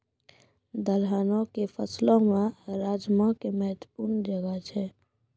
दलहनो के फसलो मे राजमा के महत्वपूर्ण जगह छै